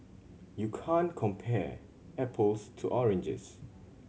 you can't compare apples to oranges